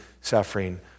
suffering